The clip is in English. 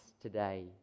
today